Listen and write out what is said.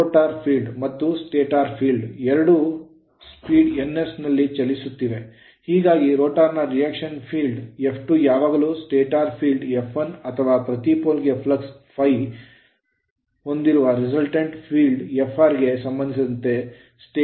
rotor field ಮತ್ತು stator field ಎರಡೂ speed ns ನಲ್ಲಿ ಚಲಿಸುತ್ತಿವೆ ಹೀಗಾಗಿ ರೋಟರ್ ನ reaction field ಪ್ರತಿಕ್ರಿಯೆ ಕ್ಷೇತ್ರ F2ಯಾವಾಗಲೂ ಸ್ಟೇಟರ್ ಫೀಲ್ಡ್ F1ಅಥವಾ ಪ್ರತಿ ಪೋಲ್ ಗೆ ಫ್ಲಕ್ಸ್ ∅r ಫ್ಲಕ್ಸ್ ಹೊಂದಿರುವ resultant field ಫಲಿತಾಂಶದ ಫೀಲ್ಡ್ Fr ಗೆ ಸಂಬಂಧಿಸಿದಂತೆ ಸ್ಟೇಷನರಿಯಾಗಿದೆ